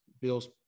Bill's